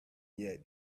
yet